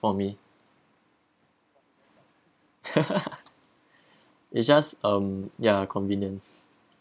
for me it's just um yeah convenience